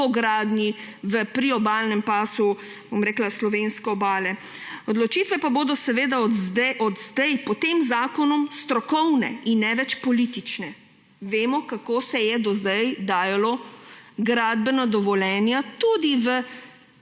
po gradnji v priobalnem pasu slovenske Obale − odločitve pa bodo od sedaj po tem zakonu strokovne in ne več politične. Vemo, kako se je do sedaj dajalo gradbena dovoljenja tudi